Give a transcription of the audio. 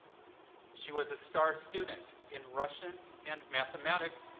she was a star student in russian and mathematics,